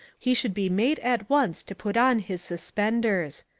he should be made at once to put on his suspenders.